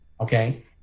okay